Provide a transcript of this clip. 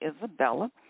Isabella